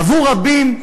עבור רבים,